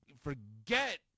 forget